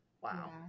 Wow